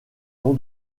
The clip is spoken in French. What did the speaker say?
nom